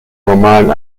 normalen